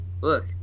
look